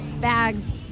bags